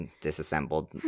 disassembled